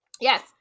Yes